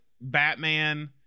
Batman